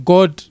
God